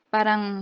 Parang